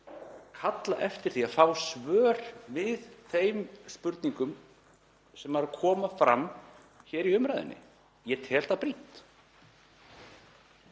kalla eftir því að fá svör við þeim spurningum sem koma fram hér í umræðunni. Ég tel það brýnt.